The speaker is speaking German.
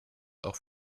auch